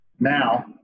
Now